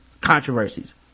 controversies